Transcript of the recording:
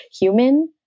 human